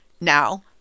Now